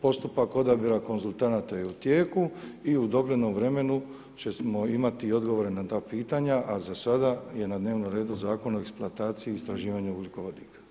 Postupak odabira konzultanata je u tijeku i u doglednom vremenu ćemo imati i odgovore na ta pitanja, a za sada je na dnevnom redu Zakon o eksploataciji i istraživanju ugljikovodika.